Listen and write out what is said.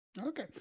okay